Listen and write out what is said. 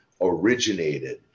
originated